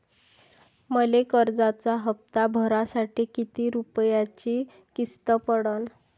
मले कर्जाचा हप्ता भरासाठी किती रूपयाची किस्त पडन?